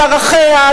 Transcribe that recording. על ערכיה,